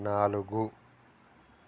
నాలుగు